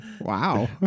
Wow